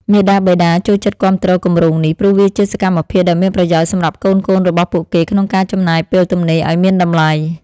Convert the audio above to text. មាតាបិតា ចូលចិត្តគាំទ្រគម្រោងនេះ ព្រោះវាជាសកម្មភាពដែលមានប្រយោជន៍សម្រាប់កូនៗរបស់ពួកគេក្នុងការចំណាយពេលទំនេរឱ្យមានតម្លៃ។